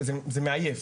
זה מעייף.